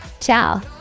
Ciao